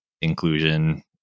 inclusion